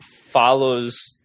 follows